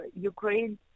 Ukraine